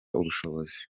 ubushobozi